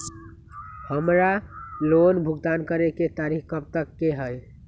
हमार लोन भुगतान करे के तारीख कब तक के हई?